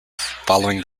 following